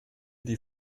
die